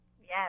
Yes